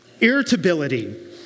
Irritability